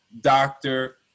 doctor